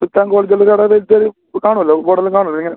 സുത്താൽ gold കാണുമല്ലോ board എല്ലാം കാണുമല്ലോ ഇങ്ങനെ